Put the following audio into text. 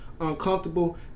uncomfortable